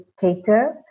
cater